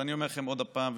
ואני אומר לכם עוד הפעם,